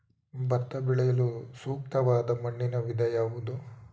ಭತ್ತ ಬೆಳೆಯಲು ಸೂಕ್ತವಾದ ಮಣ್ಣಿನ ವಿಧ ಯಾವುದು?